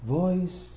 voice